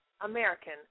American